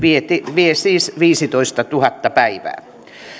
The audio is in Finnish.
vie siis viisitoistatuhatta päivää